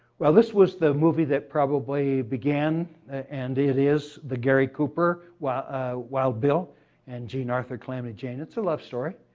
well this was the movie that probably began, and it is the gary cooper, wild bill and jean arthur, calamity jane. it's a love story.